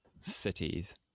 Cities